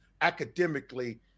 academically